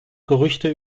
gerüchte